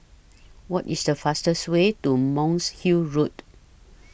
What IS The fastest Way to Monk's Hill Road